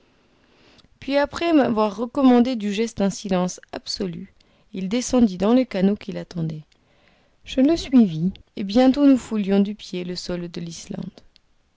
puis après m'avoir recommandé du geste un silence absolu il descendit dans le canot qui l'attendait je le suivis et bientôt nous foulions du pied le sol de l'islande